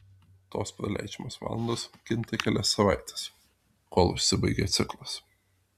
tos praleidžiamos valandos kinta kelias savaites kol užsibaigia ciklas